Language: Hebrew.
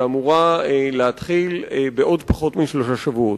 שאמורה להתחיל בעוד פחות משלושה שבועות.